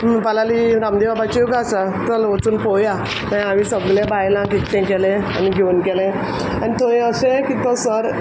म्हणपा लागली रामदेव बाबाचे योगा आसा चल वचून पोवया थंय आमी सगले बायलांक एकठेंय केलें आनी घेवन गेलें आनी थंय अशें कित तो सर